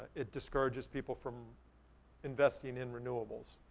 it discourages people from investing in renewables.